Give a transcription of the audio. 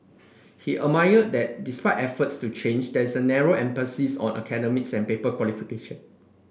he that despite efforts to change there is a narrow emphasis on academics and paper qualification